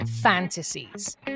fantasies